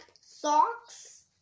socks